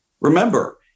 remember